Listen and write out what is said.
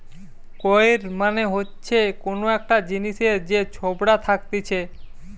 কৈর মানে হচ্ছে কোন একটা জিনিসের যে ছোবড়া থাকতিছে